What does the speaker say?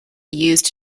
used